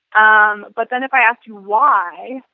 um but then if i asked you why,